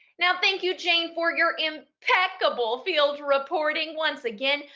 now thank you jane, for your impeccable field reporting once again.